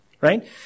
right